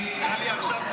טלי.